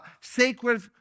sacred